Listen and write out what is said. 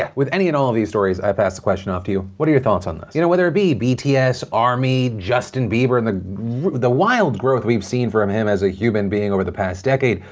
ah with any and all of these stories i pass the question off to you, what are your thoughts on this? you know whether it be bts, army, justin bieber the the wild growth we've seen from him as a human being over the past decade,